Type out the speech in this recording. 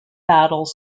battles